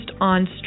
on